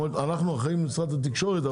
אנחנו אחראים על משרד התקשורת,